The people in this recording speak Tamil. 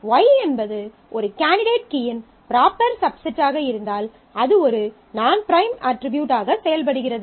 Y என்பது ஒரு கேண்டிடேட் கீயின் ப்ராப்பர் சப்செட் ஆக இருந்தால் அது ஒரு நான் பிரைம் அட்ரிபியூட் ஆக செயல்படுகிறது